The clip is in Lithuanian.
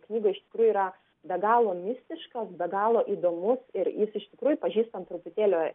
knygoj iš tikrųjų yra be galo mistiškas be galo įdomus ir jis iš tikrųjų pažįstant truputėlį